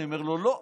אני אומר: לא.